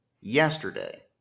Yesterday